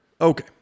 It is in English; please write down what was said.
Okay